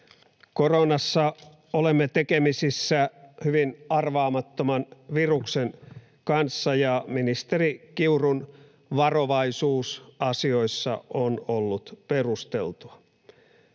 Koronassa olemme tekemisissä hyvin arvaamattoman viruksen kanssa, ja ministeri Kiurun varovaisuus asioissa on ollut perusteltua.